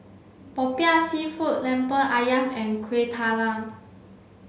Popiah Seafood Lemper Ayam and Kuih Talam